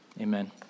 Amen